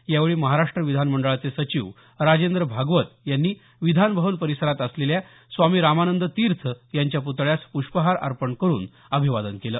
यावेळी महाराष्ट्र विधानमंडळाचे सचिव राजेन्द्र भागवत यांनी विधानभवन परिसरात असलेल्या स्वामी रामानंद तीर्थ यांच्या प्तळ्यास प्ष्पहार अर्पण करुन अभिवादन केलं